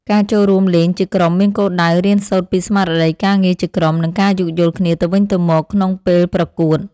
ការចូលរួមលេងជាក្រុមមានគោលដៅរៀនសូត្រពីស្មារតីការងារជាក្រុម និងការយោគយល់គ្នាទៅវិញទៅមកក្នុងពេលប្រកួត។